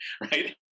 right